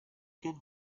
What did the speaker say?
can